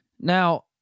Now